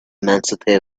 immensity